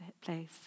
place